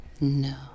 No